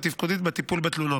בטיפול בתלונות.